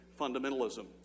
fundamentalism